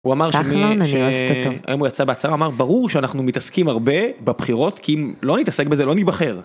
הוא אמר ש..כחלון? אני אוהבת אותו. היום הוא יצא בהצהרה אמר ברור שאנחנו מתעסקים הרבה בבחירות כי אם לא נתעסק בזה לא ניבחר.